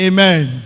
Amen